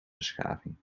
beschaving